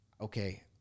okay